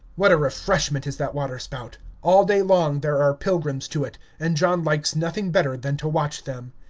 what a refreshment is that water-spout! all day long there are pilgrims to it, and john likes nothing better than to watch them.